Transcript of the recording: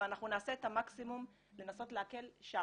אבל אנחנו נעשה את המקסימום לנסות להקל שם,